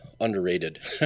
underrated